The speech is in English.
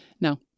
Now